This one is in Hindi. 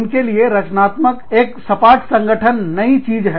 उनके लिए रचनात्मक एक सपाट संगठन नई चीज है